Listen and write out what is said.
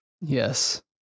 Yes